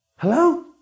Hello